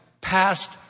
passed